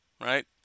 right